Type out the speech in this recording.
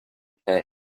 pay